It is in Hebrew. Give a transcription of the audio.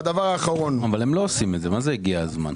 מה זה "הגיע הזמן"?